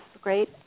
great